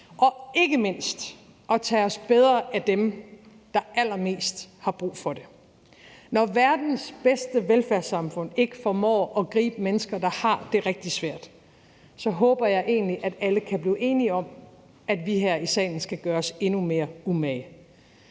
og ikke mindst at tage os bedre af dem, der allermest har brug for det. Når verdens bedste velfærdssamfund ikke formår at gribe mennesker, der har det rigtig svært, håber jeg egentlig, at alle kan blive enige om, at vi her i salen skal gøre os endnu mere umage.